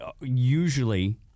usually